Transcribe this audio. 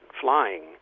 flying